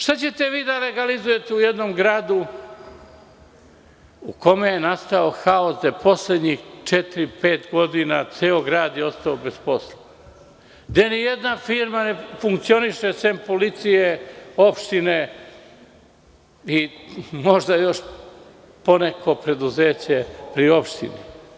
Šta ćete vi da legalizujete u jednom gradu u kome je nastao haos, gde poslednjih četiri, pet godina ceo grad je ostao bez posla, gde ni jedna firma ne funkcioniše, sem policije, opštine i možda još poneko preduzeće pri opštini?